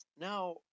Now